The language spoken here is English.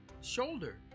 shoulder